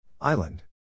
Island